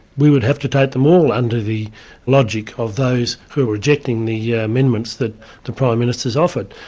we would have to take them all under the logic of those who are objecting the yeah amendments that the prime minister's offered.